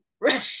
right